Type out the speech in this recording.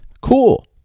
cool